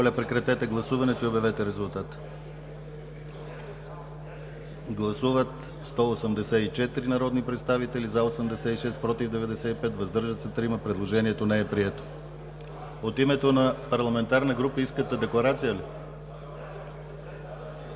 Предложението не е прието. От името на парламентарна група искате декларация ли?